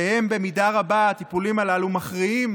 ובמידה רבה הטיפולים הללו מכריעים